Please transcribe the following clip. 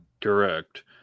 Correct